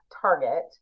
Target